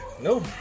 No